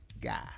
guy